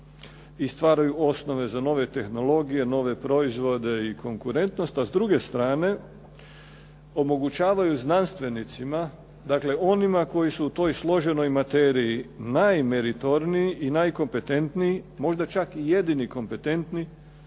i stvaraju osnove za nove tehnologije, nove proizvode i konkurentnost. A s druge strane omogućavaju znanstvenicima, dakle onima koji su u toj složenoj materiji najmeritorniji i najkompetentniji, možda čak i jedni kompetentni